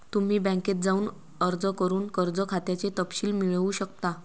तुम्ही बँकेत जाऊन अर्ज करून कर्ज खात्याचे तपशील मिळवू शकता